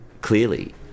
clearly